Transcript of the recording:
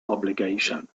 obligation